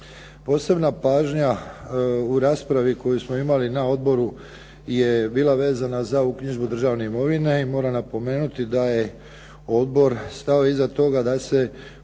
Posebna pažnja u raspravi koju smo imali na odboru je bila vezana za uknjižbu državne imovine i moram napomenuti da je odbor stao iza toga da se podrži